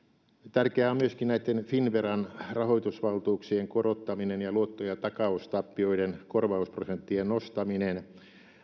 tärkeää on myöskin näitten finnveran rahoitusvaltuuksien korottaminen ja luotto ja takaustappioiden korvausprosenttien nostaminen